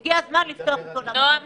אנחנו צריכים לתת את המענה